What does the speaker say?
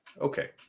Okay